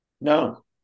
No